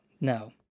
No